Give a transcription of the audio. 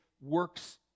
works